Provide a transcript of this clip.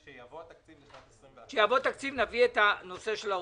כשיבוא התקציב לשנת 21' --- כשיבוא תקציב נביא את הנושא של ההוצאה.